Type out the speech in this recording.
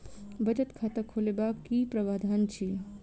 बचत खाता खोलेबाक की प्रावधान अछि?